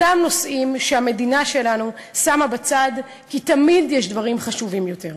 אותם נושאים שהמדינה שלנו שמה בצד כי תמיד יש דברים חשובים יותר.